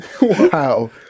Wow